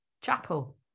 chapel